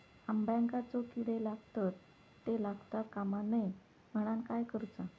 अंब्यांका जो किडे लागतत ते लागता कमा नये म्हनाण काय करूचा?